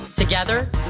Together